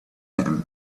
him